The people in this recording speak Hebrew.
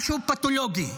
משהו פתולוגי.